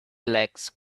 legs